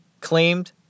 claimed